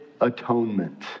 atonement